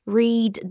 read